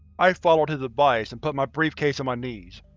i followed his advice, and put my briefcase on my knees.